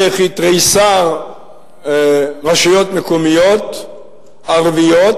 בכתריסר רשויות מקומיות ערביות,